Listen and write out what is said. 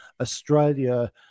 Australia